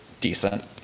decent